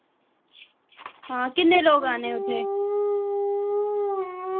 हां किन्ने लोक आने उत्थे